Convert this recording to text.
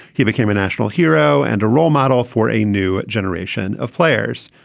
he became a national hero and a role model for a new generation of players.